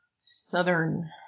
southern